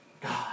God